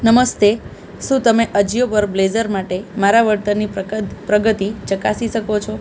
નમસ્તે શું તમે અજિયો પર બ્લેઝર માટે મારા વળતરની પ્રગ પ્રગતિ ચકાસી શકો છો